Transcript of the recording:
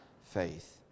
faith